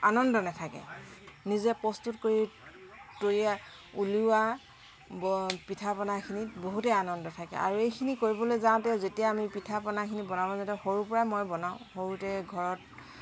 আনন্দ নেথাকে নিজে প্ৰস্তুত কৰি তৈয়া উলিওৱা ব পিঠা পনাখিনিত বহুতেই আনন্দ থাকে আৰু এইখিনি কৰিবলৈ যাওঁতে যেতিয়া আমি পিঠা পনাখিনি বনাব যাওঁতে সৰুৰ পৰা মই বনাওঁ সৰুতে ঘৰত